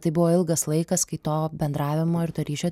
tai buvo ilgas laikas kai to bendravimo ir to ryšio